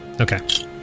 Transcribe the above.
Okay